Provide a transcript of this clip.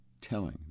telling